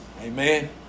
Amen